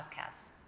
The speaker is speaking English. podcast